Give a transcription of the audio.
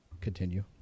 continue